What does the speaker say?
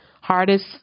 hardest